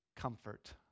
comfort